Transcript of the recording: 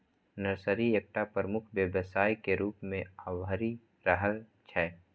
nursery एकटा प्रमुख व्यवसाय के रूप मे अभरि रहल छै